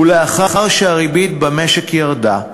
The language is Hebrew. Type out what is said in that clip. ולאחר שהריבית במשק ירדה,